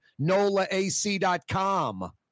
NOLAAC.com